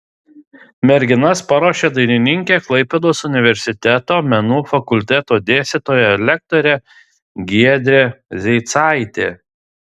merginas paruošė dainininkė klaipėdos universiteto menų fakulteto dėstytoja lektorė giedrė zeicaitė